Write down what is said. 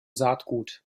saatgut